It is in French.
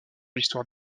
l’histoire